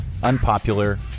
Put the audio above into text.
Unpopular